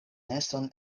neston